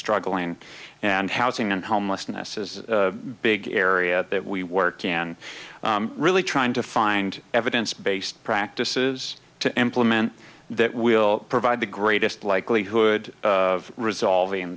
struggling and housing and homelessness is big area that we work and really trying to find evidence based practices to implement that will provide the greatest likelihood of resolving